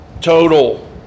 total